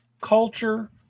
culture